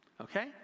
Okay